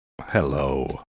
Hello